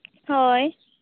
ᱦᱳᱭ